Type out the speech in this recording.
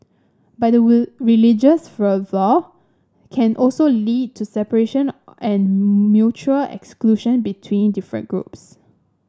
but religious fervour can also lead to separation and mutual exclusion between different groups